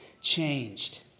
changed